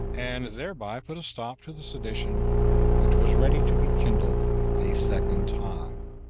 and thereby put a stop to the sedition which was ready to be kindled a second time.